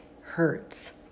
hurts